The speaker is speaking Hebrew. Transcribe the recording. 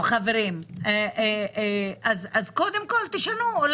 חברים, קודם כל, שנו את השם.